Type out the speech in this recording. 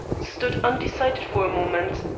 stood undecided for a moment,